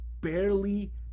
barely